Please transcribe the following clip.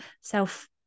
self